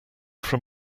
from